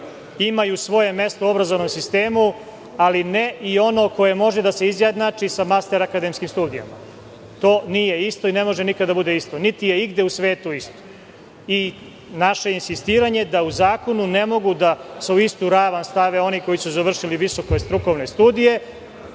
imaju svoje mesto u obrazovnom sistemu, ali ne i ono koje može da se izjednači sa master akademskim studijama. To nije isto i ne može nikada da bude isto, niti je igde u svetu isto. Naše insistiranje da u zakonu ne mogu da se u istu ravan stave oni koji su završili visoke strukovne studije